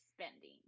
spending